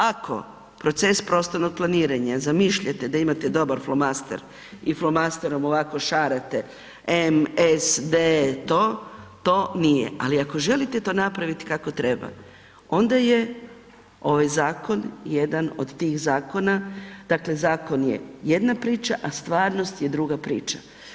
Ako proces prostornog planiranja zamišljajte da imate dobar flomaster i flomasterom ovako šarate, m, s, d je to, to nije, ali ako želite to napraviti kako treba onda je ovaj zakon jedan od tih zakona, dakle zakon je jedna priča, a stvarnost je druga priča.